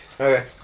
Okay